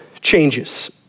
changes